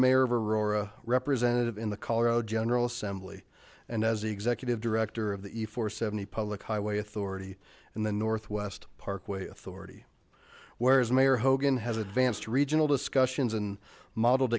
mayor of aurora representative in the colorado general assembly and as the executive director of the four seventy public highway authority in the northwest parkway authority whereas mayor hogan has advanced regional discussions and modeled